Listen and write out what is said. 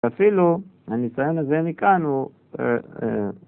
‫אפילו, אני אציין את זה מכאן, הוא...